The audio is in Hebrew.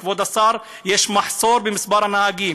כבוד השר, יש מחסור בנהגים.